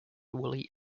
woolly